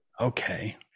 Okay